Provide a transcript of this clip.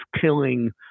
killing